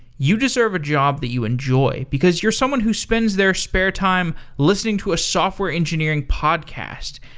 you deserve a job that you enjoy, because you're someone who spends their spare time listening to a software engineering podcast.